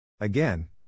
Again